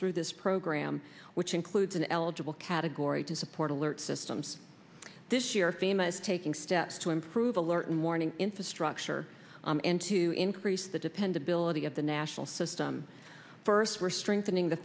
through this program which includes an eligible category to support alert systems this year famous taking steps to improve alert and warning infrastructure and to increase the dependability of the national system first we're strengthening the